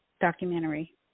documentary